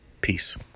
Peace